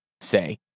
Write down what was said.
say